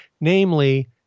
namely